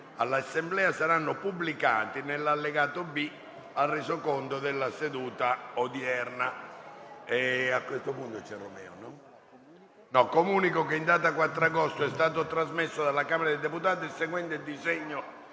all'Assemblea saranno pubblicati nell'allegato B al Resoconto della seduta odierna.